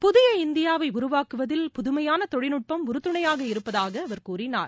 புதிய இந்தியாவை உருவாக்குவதில் புதுமையான தொழில்நுட்பம் உறுதுணையாக இருப்பதாக அவர் கூறினார்